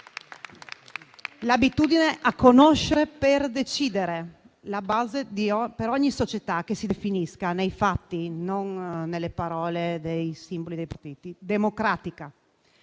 l'abitudine a conoscere per decidere, che è la base per ogni società che si definisca, nei fatti e non nelle parole dei simboli dei partiti, democratica.